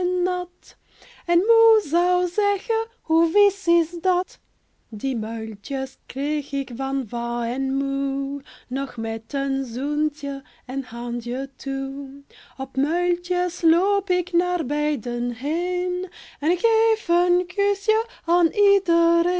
nat en moe zou zeggen hoe vies is dat die muiltjes kreeg ik van va en moe nog met een zoentje en handje toe op muiltjes loop ik naar beiden heen en